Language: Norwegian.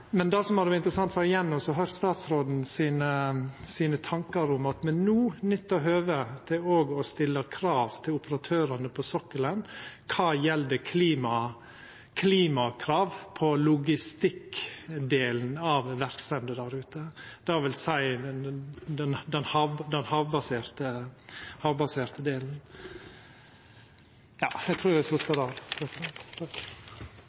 Men igjen, det som hadde vore interessant, var å høyra tankane til statsråden om at me no nyttar høvet til òg å stilla klimakrav til operatørane på sokkelen når det gjeld logistikkdelen av verksemder der ute, det vil seia den havbaserte delen.